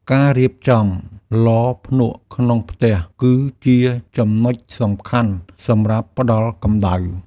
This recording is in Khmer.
ការរៀបចំឡភ្នក់ក្នុងផ្ទះគឺជាចំណុចសំខាន់សម្រាប់ផ្ដល់កម្ដៅ។